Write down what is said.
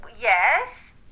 Yes